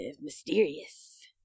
mysterious